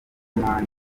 man